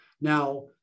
Now